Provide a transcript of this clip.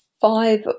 five